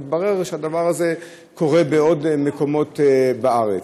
והתברר שהדבר הזה קורה בעוד מקומות בארץ.